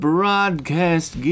Broadcast